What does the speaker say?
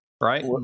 right